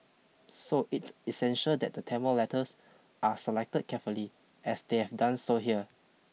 so it's essential that the Tamil letters are selected carefully as they have done so here